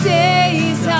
days